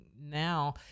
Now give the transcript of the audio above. now